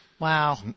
Wow